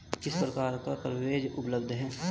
किस प्रकार का कवरेज उपलब्ध है?